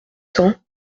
cents